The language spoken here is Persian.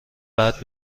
بعد